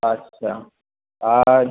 আচ্ছা আর